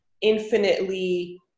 infinitely